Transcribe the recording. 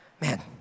Man